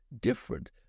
different